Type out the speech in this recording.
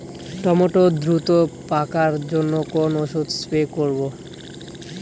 Tomato দ্রুত পাকার জন্য কোন ওষুধ স্প্রে করব?